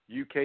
UK